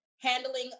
handling